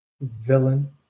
villain